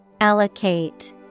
Allocate